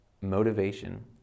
motivation